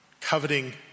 coveting